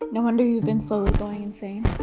no wonder you've been so slowly insane.